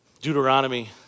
Deuteronomy